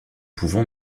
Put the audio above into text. pouvons